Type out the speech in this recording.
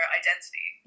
identity